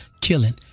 killing